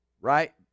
right